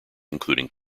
including